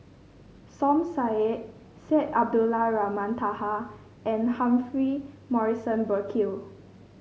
Som Said Syed Abdulrahman Taha and Humphrey Morrison Burkill